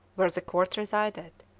where the court resided,